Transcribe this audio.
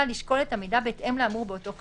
לשקול את המידע בהתאם לאמור באותו חיקוק,